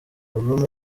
album